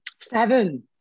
Seven